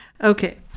Okay